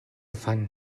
fan